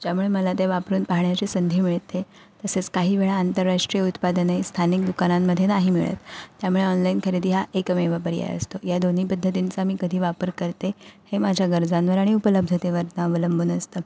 ज्यामुळे मला ते वापरून पाहण्याची संधी मिळते तसेच काही वेळा आंतरराष्ट्रीय उत्पादने स्थानिक दुकानांमध्ये नाही मिळत त्यामुळे ऑनलाईन खरेदी हा एकमेव पर्याय असतो या दोन्ही पद्धतींचा मी कधी वापर करते हे माझ्या गरजांवर आणि उपलब्धतेवर अवलंबून असतं